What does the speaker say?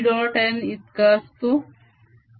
n इतका असतो